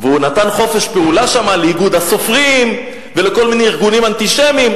והוא נתן חופש פעולה שם לאיגוד הסופרים ולכל מיני ארגונים אנטישמיים,